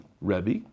Rebbe